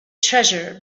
treasure